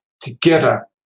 Together